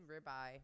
ribeye